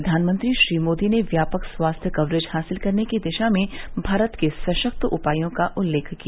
प्रधानमंत्री श्री मोदी ने व्यापक स्वास्थ्य कवरेज हासिल करने की दिशा में भारत के सशक्त उपायों का उल्लेख किया